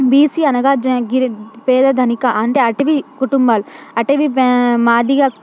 BC అనగా జన గిరి పేద ధనిక అంటే అటవీ కుటుంబాలు అటవీ పా మాదిగ